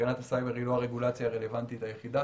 הגנת הסייבר היא לא הרגולציה הרלוונטית היחידה